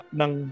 ng